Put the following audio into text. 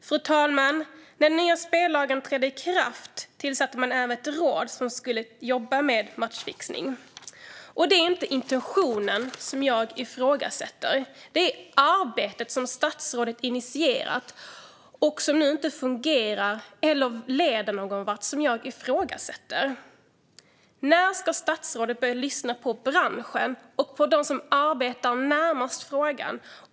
Fru talman! När den nya spellagen trädde i kraft tillsatte man även ett råd som skulle jobba med matchfixning. Det är inte intentionen som jag ifrågasätter, utan arbetet som statsrådet initierat och som nu inte fungerar eller leder någonvart. När ska statsrådet börja lyssna på branschen och på dem som arbetar närmast frågan?